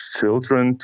children